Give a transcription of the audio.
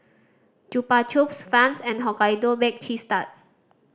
Chupa Chups Vans and Hokkaido Baked Cheese Tart